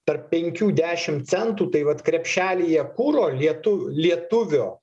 tarp penkių dešim centų tai vat krepšelyje kuro lietu lietuvio